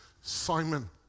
Simon